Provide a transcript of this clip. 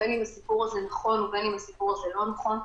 בין אם הסיפור הזה נכון ובין אם הסיפור הזה לא נכון,